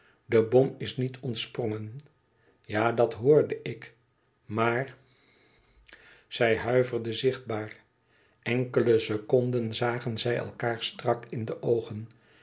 de bom is niet ontsprongen ja dat hoorde ik maar zij huiverde zichtbaar enkele seconden zagen zij elkaâr strak in de oogen